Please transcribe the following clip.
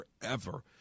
forever